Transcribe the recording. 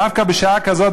דווקא בשעה כזאת,